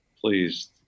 please